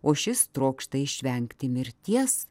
o šis trokšta išvengti mirties